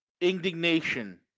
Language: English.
indignation